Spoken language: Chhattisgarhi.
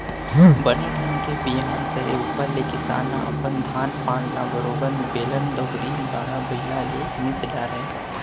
बने ढंग के बियान करे ऊपर ले किसान ह अपन धान पान ल बरोबर बेलन दउंरी, गाड़ा बइला ले मिस डारय